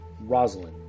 Rosalind